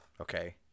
Okay